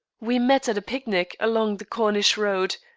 we met at a picnic along the corniche road,